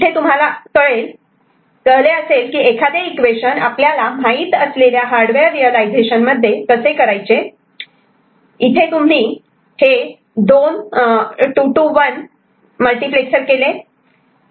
इथे तुम्हाला कळले असेल की एखादे इक्वेशन आपल्याला माहित असलेल्या हार्डवेअर रियलायझेशन मध्ये कसे करायचे इथे तुम्ही हे 2 to 1 मल्टिप्लेक्सर केले